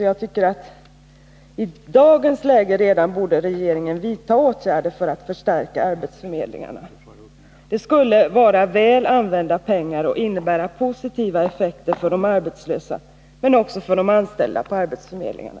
Jag tycker att regeringen redan i dagens läge borde vidta åtgärder för att förstärka arbetsförmedlingarna. Det skulle vara väl använda pengar och innebära positiva effekter för de arbetslösa men också för de anställda på arbetsförmedlingarna.